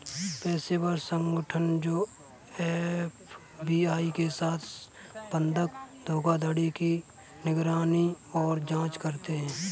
पेशेवर संगठन जो एफ.बी.आई के साथ बंधक धोखाधड़ी की निगरानी और जांच करते हैं